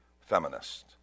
feminist